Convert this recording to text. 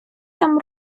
там